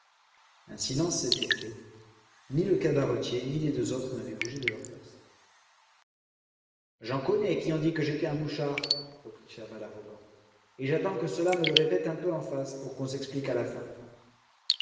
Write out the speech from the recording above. un silence s'était fait ni le cabaretier ni les deux autres n'avaient bougé de leur place j'en connais qui ont dit que j'étais un mouchard reprit chaval arrogant et j'attends que ceux-là me le répètent un peu en face pour qu'on s'explique à la fin